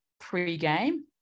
pre-game